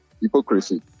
hypocrisy